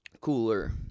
Cooler